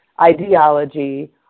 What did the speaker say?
ideology